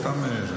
סתם.